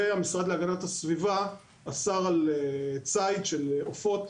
המשרד להגנת הסביבה אסר על צייד של עופות